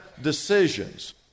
decisions